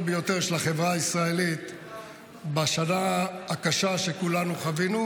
ביותר של החברה הישראלית בשנה הקשה שכולנו חווינו,